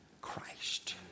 Christ